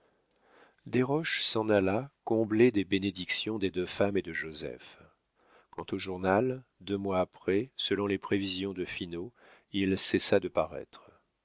lui desroches s'en alla comblé des bénédictions des deux femmes et de joseph quant au journal deux mois après selon les prévisions de finot il cessa de paraître